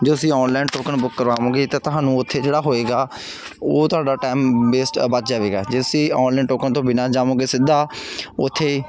ਜੇ ਤੁਸੀਂ online token book ਕਰਵਾਓਗੇ ਤਾਂ ਤੁਹਾਨੂੰ ਉੱਥੇ ਜਿਹੜਾ ਹੋਏਗਾ ਉਹ ਤੁਹਾਡਾ ਟਾਈਮ ਵੇਸਟ ਵੱਧ ਜਾਵੇਗਾ ਜੇ ਤੁਸੀਂ ਆਨਲਾਈਨ ਲੋਕਾਂ ਤੋਂ ਬਿਨਾਂ ਜਾਵੋਗੇ ਸਿੱਧਾ ਉੱਥੇ